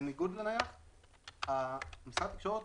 בניגוד לנייח, משרד התקשורת